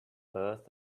earth